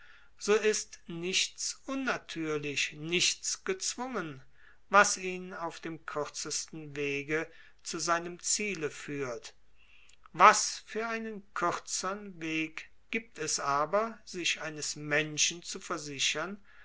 so ist nichts unnatürlich nichts gezwungen was ihn auf dem kürzesten wege zu seinem ziele führt was für einen kürzern weg gibt es aber sich eines menschen zu versichern